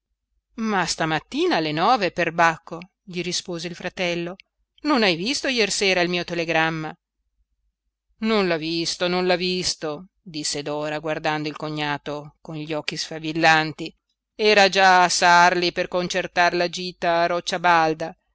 ma stamattina alle nove perbacco gli rispose il fratello non hai visto jersera il mio telegramma non l'ha visto non l'ha visto disse dora guardando il cognato con gli occhi sfavillanti era già a sarli per concertar la gita a roccia balda